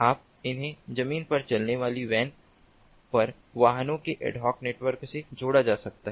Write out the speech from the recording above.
अब इन्हें जमीन पर चलने वाली वैन पर वाहनों के एडहॉक नेटवर्क से जोड़ा जा सकता है